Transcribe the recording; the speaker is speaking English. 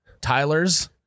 Tyler's